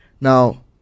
Now